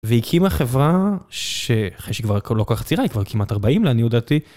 והקימה חברה, ש...אחרי שהיא כבר לא כל כך צעירה, היא כבר כמעט ארבעים לעניות דעתי.